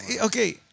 Okay